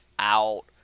out